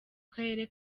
karere